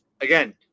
again